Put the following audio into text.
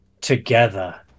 together